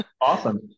Awesome